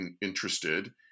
interested